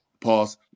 pause